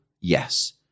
Yes